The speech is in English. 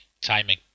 Timing